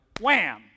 wham